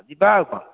ଯିବା ଆଉ କ'ଣ